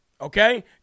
Okay